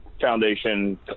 foundation